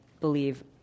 believe